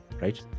right